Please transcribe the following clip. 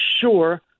sure